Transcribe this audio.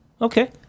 okay